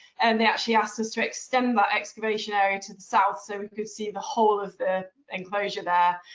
and they actually asked us to extend that excavation area to the south so we could see the whole of the enclosure there.